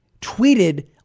tweeted